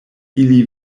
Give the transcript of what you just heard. ili